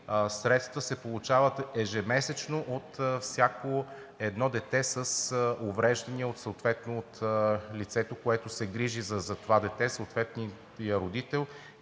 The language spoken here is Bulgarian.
средства се получават ежемесечно от всяко едно дете с увреждане – съответно от лицето, което се грижи за това дете – съответния родител,